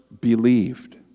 believed